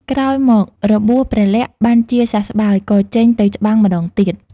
ក្រោយមមក របួសព្រះលក្សណ៍បានជាសះស្បើយ ក៏ចេញទៅច្បាំងម្តងទៀត។